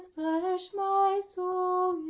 my soul